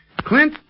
Clint